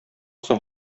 соң